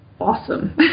awesome